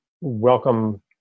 welcome